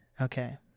okay